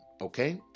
okay